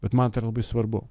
bet man tai yra labai svarbu